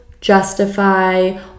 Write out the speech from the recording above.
justify